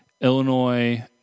Illinois